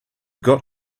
got